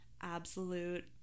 absolute